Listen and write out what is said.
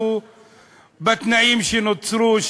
בתנאים שנוצרו,